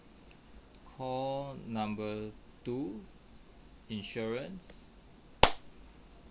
call number two insurance